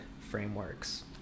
frameworks